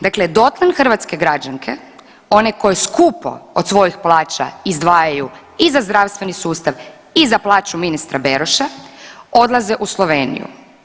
Dakle dotlem hrvatske građanke, one koje skupo od svojih plaća izdvajaju i za zdravstveni sustav i za plaću ministra Beroša odlaze u Sloveniju.